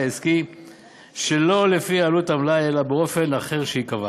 העסקי שלא לפי עלות המלאי אלא באופן אחר שייקבע.